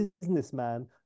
businessman